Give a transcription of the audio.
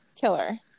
killer